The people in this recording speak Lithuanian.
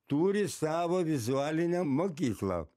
turi savo vizualinę mokyklą